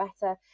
better